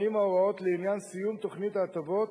אם ההוראות לעניין סיום תוכנית ההטבות